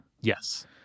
Yes